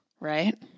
Right